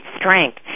strength